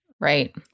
Right